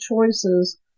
choices